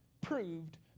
proved